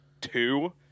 two